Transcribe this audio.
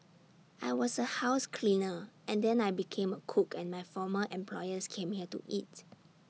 I was A house cleaner and then I became A cook and my former employers came here to eat